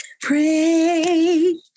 Pray